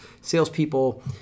salespeople